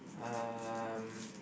um